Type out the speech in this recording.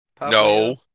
No